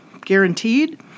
guaranteed